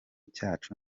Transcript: cyacu